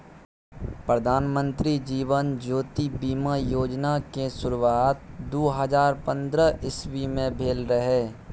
प्रधानमंत्री जीबन ज्योति बीमा योजना केँ शुरुआत दु हजार पंद्रह इस्बी मे भेल रहय